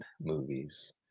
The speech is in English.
movies